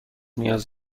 نیاز